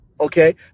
okay